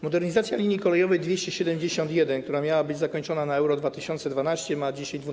Modernizacja linii kolejowej nr 271, która miała być zakończona na Euro 2012, jest dzisiaj opóźniona.